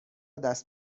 دست